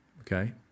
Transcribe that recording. okay